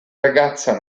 ragazza